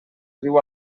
riu